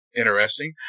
interesting